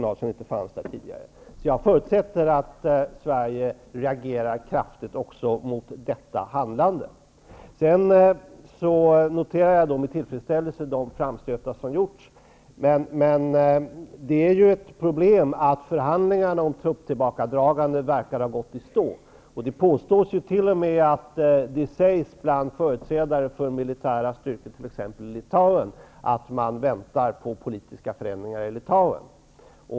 Jag förutsätter att Sverige reagerar kraftigt också mot detta handlande. Jag noterar med tillfredsställelse de framstötar som har gjorts. Men det är ett problem att förhandlingarna om trupptillbakadragandet verkar ha gått i stå. Det sägs bland företrädare för militära styrkor i t.ex. Litauen att man väntar på politiska förändringar i Litauen.